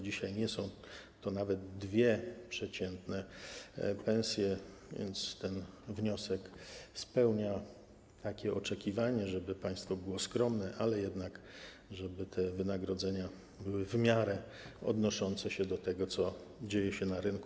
Dzisiaj nie są to nawet dwie przeciętne pensje, więc ten wniosek spełnia takie oczekiwanie, żeby państwo było skromne, ale żeby też te wynagrodzenia były w miarę odnoszące się do tego, co dzieje się na rynku.